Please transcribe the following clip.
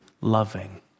loving